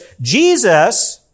Jesus